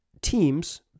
teams